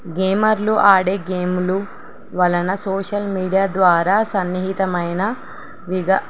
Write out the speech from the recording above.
గేమర్లు ఆడే గేములు వలన సోషల్ మీడియా ద్వారా సన్నిహితమైన విగ